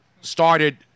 started